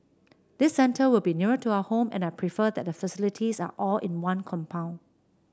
this centre will be nearer to our home and I prefer that the facilities are all in one compound